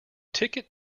ticket